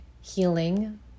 healing